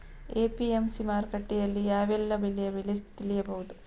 APMC ಮಾರುಕಟ್ಟೆಯಲ್ಲಿ ಯಾವೆಲ್ಲಾ ಬೆಳೆಯ ಬೆಲೆ ತಿಳಿಬಹುದು?